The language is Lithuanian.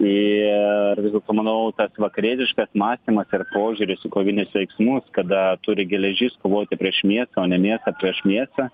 ir vis dėlto manau tas vakarietiškas mąstymas ir požiūris į kovinius veiksmus kada turi geležis kovoti prieš mėsą o ne mėsa prieš mėsą